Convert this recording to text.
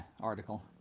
article